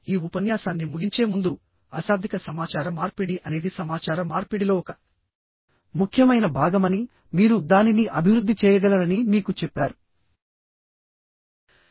ఈ ఉపన్యాసాన్ని ముగించే ముందు అశాబ్దిక సమాచార మార్పిడి అనేది సమాచార మార్పిడిలో ఒక ముఖ్యమైన భాగమని మీరు దానిని అభివృద్ధి చేయగలరని మీకు చెప్పారు